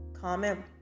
comment